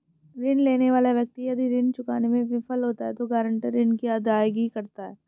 ऋण लेने वाला व्यक्ति यदि ऋण चुकाने में विफल होता है तो गारंटर ऋण की अदायगी करता है